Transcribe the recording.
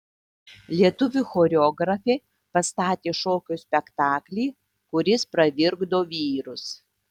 lietuvių choreografė pastatė šokio spektaklį kuris pravirkdo vyrus